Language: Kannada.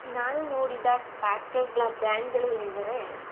ನಾನು ನೋಡಿದ ಟ್ರ್ಯಾಕ್ಟರ್ಗಳ ಬ್ರ್ಯಾಂಡ್ಗಳು ಎಂದರೆ